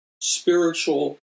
spiritual